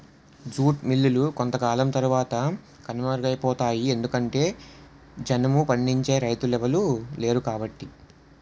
jute మిల్లులు కొంతకాలం తరవాత కనుమరుగైపోతాయి ఎందుకంటె జనుము పండించే రైతులెవలు లేరుకాబట్టి